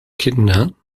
kinder